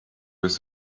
with